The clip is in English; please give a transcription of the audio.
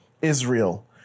Israel